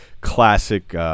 classic